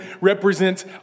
represents